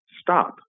stop